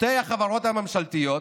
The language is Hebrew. שתי החברות הממשלתיות